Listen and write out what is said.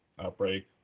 outbreak